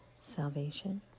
Salvation